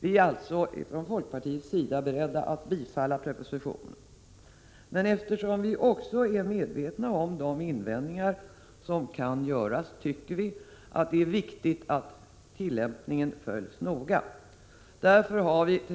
Vi är alltså från folkpartiets sida beredda att bifalla propositionen, men eftersom vi också är medvetna om de invändningar som kan göras tycker vi att det är viktigt att tillämpningen följs noga. Vi har därför